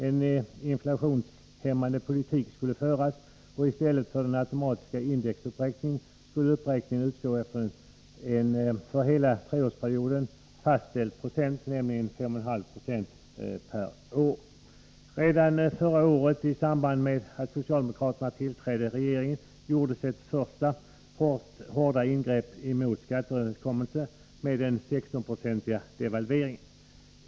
En inflationshämmande politik skulle föras, och i stället för den automatiska indexuppräkningen skulle uppräkningen göras efter ett för hela treårsperioden fastställt procenttal, nämligen 5,5 96 per år. Redan förra året, i samband med att socialdemokraterna tillträdde regeringsmakten, gjordes ett första hårt ingrepp i skatteöverenskommelsen med den 16-procentiga devalveringen.